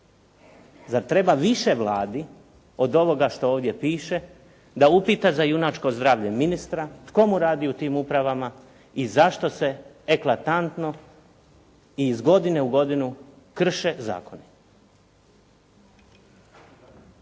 Zar treba više Vladi od ovoga što ovdje piše da upita za junačko zdravlje ministra, tko mu radi u tim upravama i zašto se eklatantno i iz godine u godinu krše zakoni?